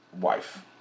wife